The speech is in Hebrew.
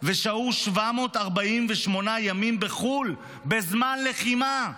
ושהו 748 ימים בחו"ל בזמן לחימה.